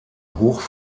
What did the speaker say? hoch